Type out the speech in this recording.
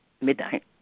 midnight